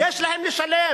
יש להם לשלם.